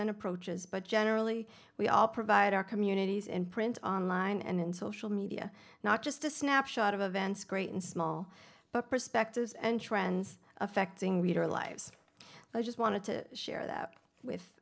and approaches but generally we all provide our communities in print online and in social media not just a snapshot of events great and small but perspectives and trends affecting reader lives i just wanted to share that with